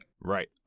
Right